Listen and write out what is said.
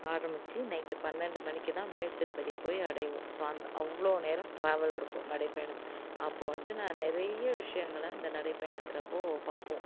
ஆரமிச்சு நைட்டு பன்னெண்டு மணிக்குதான் மேல்திருப்பதியை போய் அடைவோம் ஸோ அந்த அவ்வளோ நேரம் ட்ராவல் இருக்கும் நடைப்பயணம் அப்போது வந்து நான் நிறைய விஷயங்கள அந்த நடைப்பயணத்தப்போது பார்ப்போம்